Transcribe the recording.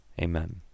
Amen